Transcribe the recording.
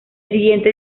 siguiente